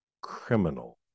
Criminal